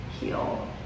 heal